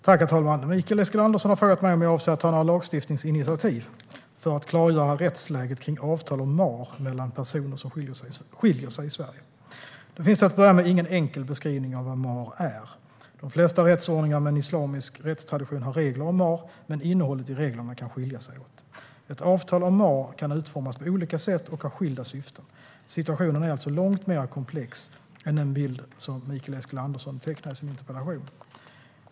Herr talman! Mikael Eskilandersson har frågat mig om jag avser att ta några lagstiftningsinitiativ för att klargöra rättsläget när det gäller avtal om mahr mellan personer som skiljer sig i Sverige. Det finns till att börja med ingen enkel beskrivning av vad mahr är. De flesta rättsordningar med en islamisk rättstradition har regler om mahr, men innehållet i reglerna kan skilja sig åt. Ett avtal om mahr kan utformas på olika sätt och ha skilda syften. Situationen är alltså långt mer komplex än den bild som Mikael Eskilandersson tecknar i sin interpellation.